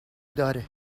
داره